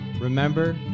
Remember